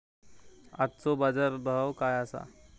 आजचो बाजार भाव काय आसा?